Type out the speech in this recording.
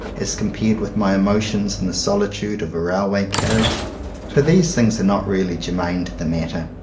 as compared with my emotions in the sohtude of a railway carriage for these things are not really germane to the matter.